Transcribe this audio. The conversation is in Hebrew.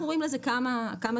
אנחנו רואים לזה כמה סיבות,